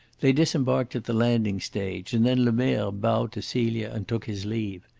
they disembarked at the landing-stage, and then lemerre bowed to celia and took his leave.